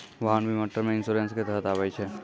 वाहन बीमा term insurance के तहत आबै छै